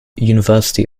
university